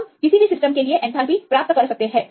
हम किसी भी सिस्टम के लिए एथैलेपी प्राप्त कर सकते हैं